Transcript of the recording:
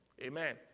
Amen